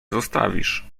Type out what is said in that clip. zostawisz